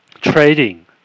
trading